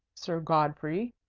sir godfrey!